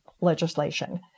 legislation